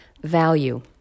value